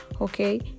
okay